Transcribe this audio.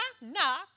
knock